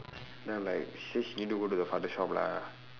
then I'm like she say she need to go the father's shop lah